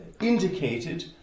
Indicated